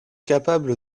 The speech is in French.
capable